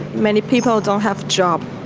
many people don't have job.